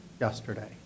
yesterday